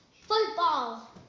Football